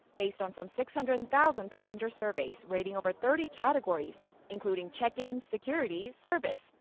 based on some six hundred and thousand passenger surveys rating over thirty categories including check-in, security, service,